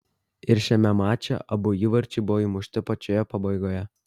ir šiame mače abu įvarčiai buvo įmušti pačioje pabaigoje